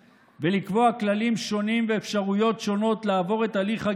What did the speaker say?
הרך, אבל גם השכבות הבוגרות יותר.